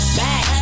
back